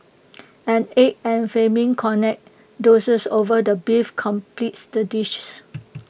an egg and flaming cognac doused over the beef completes the dishes